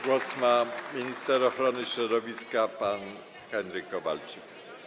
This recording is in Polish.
Głos ma minister ochrony środowiska pan Henryk Kowalczyk.